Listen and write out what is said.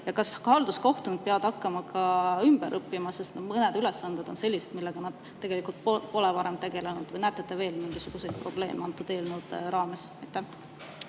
Ja kas halduskohtunikud peavad hakkama ka ümber õppima, sest mõned ülesanded on sellised, millega nad pole varem tegelenud? Või näete te veel mingisuguseid probleeme nende eelnõudega?